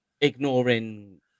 Ignoring